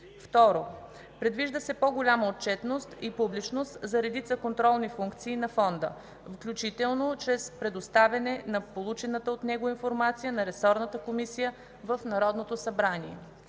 2. Предвижда се по-голяма отчетност и публичност за редица контролни функции на Фонда, включително чрез предоставяне на получаваната от него информация на ресорната комисия в Народното събрание.